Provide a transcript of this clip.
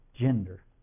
gender